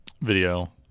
Video